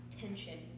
tension